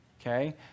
Okay